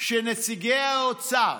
שנציגי האוצר